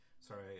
sorry